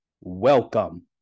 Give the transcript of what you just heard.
welcome